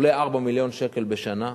זה עולה 4 מיליון שקל בשנה,